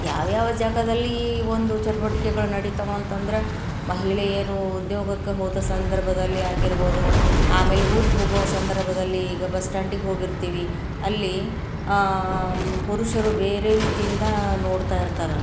ಯಾವ ಯಾವ ಜಾಗದಲ್ಲಿ ಒಂದು ಚಟುವಟಿಕೆಗಳು ನಡೀತಾವೆ ಅಂತ ಅಂದ್ರೆ ಮಹಿಳೆಯರು ಉದ್ಯೋಗಕ್ಕೆ ಹೋದ ಸಂದರ್ಭದಲ್ಲಿ ಆಗಿರ್ಬೋದು ಆಮೇಲೆ ಊರಿಗೆ ಹೋಗುವ ಸಂದರ್ಭದಲ್ಲಿ ಈಗ ಬಸ್ ಸ್ಟ್ಯಾಂಡಿಗೆ ಹೋಗಿರ್ತೀವಿ ಅಲ್ಲಿ ಪುರುಷರು ಬೇರೆ ರೀತಿಯಿಂದ ನೋಡ್ತಾ ಇರ್ತಾರೆ